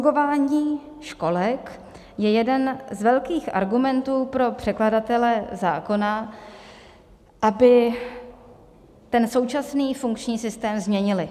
Fungování školek je jeden z velkých argumentů pro předkladatele zákona, aby ten současný funkční systém změnili.